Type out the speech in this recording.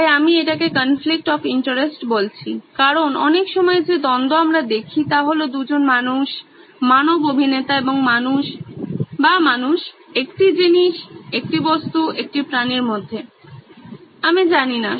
তাই আমি এটাকে কনফ্লিকট অফ ইন্টারেস্ট বলছি কারণ অনেক সময় যে দ্বন্দ্ব আমরা দেখি তা হলো দুজন মানুষ মানব অভিনেতা বা মানুষ এবং একটি জিনিস একটি বস্তু একটি প্রাণীর মধ্যে আমি জানি না